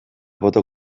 boto